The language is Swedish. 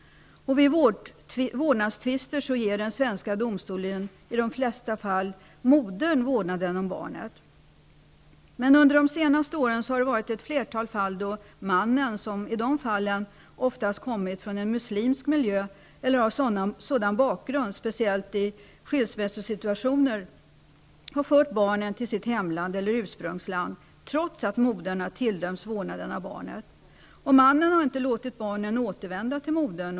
Vid vårdnadstvister ger den svenska domstolen i de flesta fall modern vårdnaden om barnet. Men under de senaste åren har det funnits ett flertal fall där mannen, som oftast kommer från en muslimsk miljö eller har en sådan bakgrund, speciellt i skilsmässosituationer har fört barnen till sitt hemland -- trots att modern har tilldömts vårdnaden av barnet. Mannen har inte låtit barnen återvända till modern.